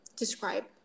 describe